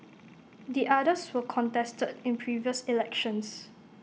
the others were contested in previous elections